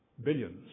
billions